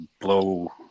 blow